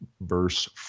verse